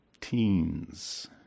teens